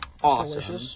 awesome